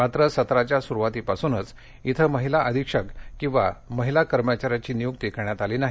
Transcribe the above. माञ सत्राच्या सुरुवातीपासूनच इथं महिला अधीक्षक किंवा महिला कर्मचाऱ्याची नियुक्ती करण्यात आली नाही